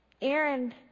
Aaron